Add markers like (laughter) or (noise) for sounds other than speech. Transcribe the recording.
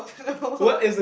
no (laughs)